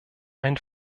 ein